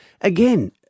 Again